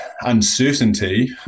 uncertainty